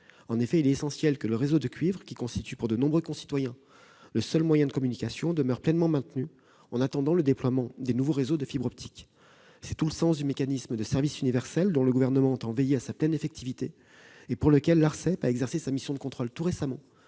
cuivre. Il est essentiel que le réseau de cuivre, qui constitue pour de nombreux concitoyens le seul moyen de communication, soit pleinement maintenu en attendant le déploiement des nouveaux réseaux de fibre optique. C'est tout le sens du mécanisme de service universel, dont le Gouvernement entend veiller à la pleine effectivité, et pour lequel l'Autorité de régulation des communications